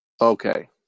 Okay